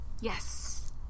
Yes